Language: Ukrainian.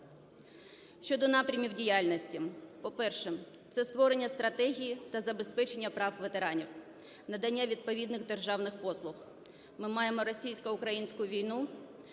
Щодо напрямів діяльності. По-перше, це створення стратегії та забезпечення прав ветеранів, надання відповідних державних послуг. Ми маємо російсько-українську війну,